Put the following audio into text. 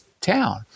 town